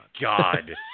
God